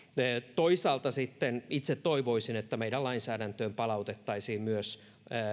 toisaalta sitten itse toivoisin että meidän lainsäädäntöön palautettaisiin myös